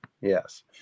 yes